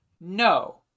no